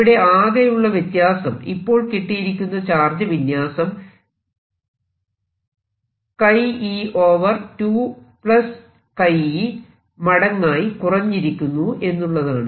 ഇവിടെ ആകെയുള്ള വ്യത്യാസം ഇപ്പോൾ കിട്ടിയിരിക്കുന്ന ചാർജ് വിന്യാസം e 2 e മടങ്ങായി കുറഞ്ഞിരിക്കുന്നു എന്നുള്ളതാണ്